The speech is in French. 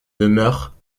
demeure